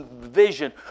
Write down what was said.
vision